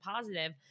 positive